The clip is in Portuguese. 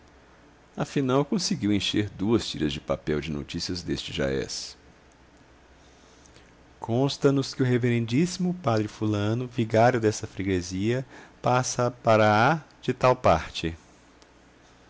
afinal conseguiu encher duas tiras de papel de notícias deste jaez consta-nos que o rev mo padre fulano vigário desta freguesia passa para a de tal parte